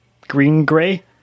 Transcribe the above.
green-gray